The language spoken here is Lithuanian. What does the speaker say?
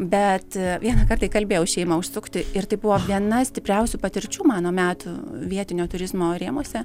bet vieną kartą įkalbėjau šeimą užsukti ir tai buvo viena stipriausių patirčių mano metų vietinio turizmo rėmuose